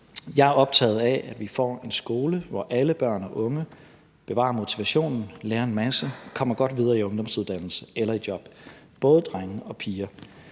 Jeg er optaget af, at vi får en skole, hvor alle børn af unge bevarer motivationen og lærer en masse og kommer godt videre i ungdomsuddannelse eller i job, både drenge og piger.